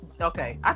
Okay